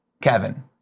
Kevin